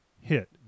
hit